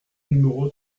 numéro